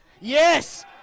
Yes